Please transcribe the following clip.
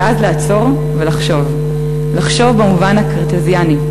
ואז לעצור ולחשוב לחשוב במובן הקרטזיאני: